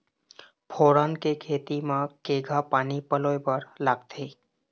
फोरन के खेती म केघा पानी पलोए बर लागथे?